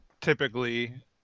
typically